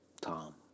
Tom